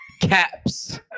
caps